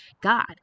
God